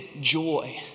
joy